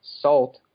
salt